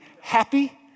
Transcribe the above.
happy